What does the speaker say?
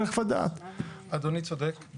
אדוני צודק.